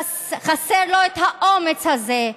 חסר לו את האומץ הזה.